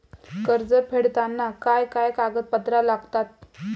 कर्ज फेडताना काय काय कागदपत्रा लागतात?